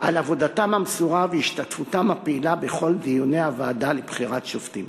על עבודתם המסורה והשתתפותם הפעילה בכל דיוני הוועדה לבחירת שופטים.